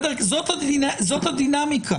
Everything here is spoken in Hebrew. זאת הדינמיקה,